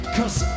Cause